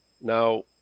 Now